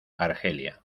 argelia